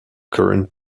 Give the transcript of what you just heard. current